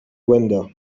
window